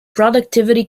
productivity